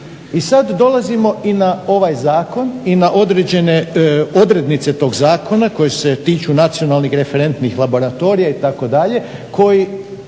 I sada dolazimo i na ovaj zakon i na određene odrednice tog zakona koji se tiču nacionalnih referentnih laboratorija itd.